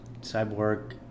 Cyborg